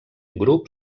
grup